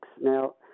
Now